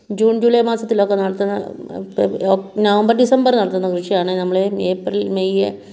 June July മാസത്തിലൊക്കെ നടത്തുന്ന November ഡിസംബറിൽ നടത്തുന്ന കൃഷിയാണ് നമ്മൾ ഏപ്രിൽ മെയ്